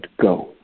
go